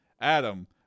adam